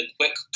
quick